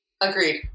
Agreed